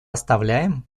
оставляем